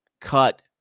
cut